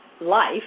life